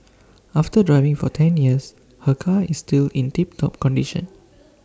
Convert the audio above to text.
after driving for ten years her car is still in tip top condition